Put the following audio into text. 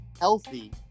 healthy